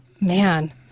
man